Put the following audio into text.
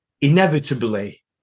inevitably